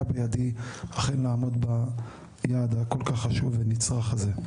בידי אכן לעמוד ביעד הכול כך חשוב ונצרך הזה.